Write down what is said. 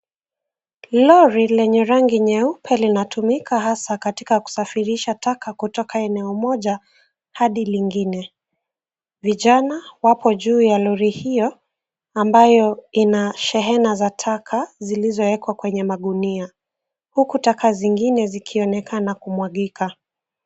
Lori lenye rangi nyeupe linatumika hasa katika kusafirisha taka kutoka eneo moja hadi lingine. Vijana wapo juu ya lori hiyo ambayo ina shehena za taka zilizowekwa kwenye magunia, huku taka zingine zikionekana kumwagika.